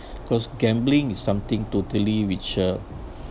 because gambling is something totally which uh